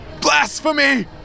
Blasphemy